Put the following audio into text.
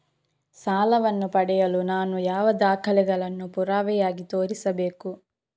ಸಾಲವನ್ನು ಪಡೆಯಲು ನಾನು ಯಾವ ದಾಖಲೆಗಳನ್ನು ಪುರಾವೆಯಾಗಿ ತೋರಿಸಬೇಕು?